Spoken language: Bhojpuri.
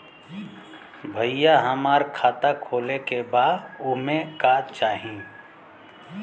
भईया हमार खाता खोले के बा ओमे का चाही?